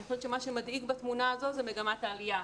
אני חושבת שמה שמדאיג בתמונה הזאת זה מגמת העלייה.